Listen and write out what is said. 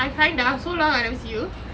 I'm fine dah so long I never see you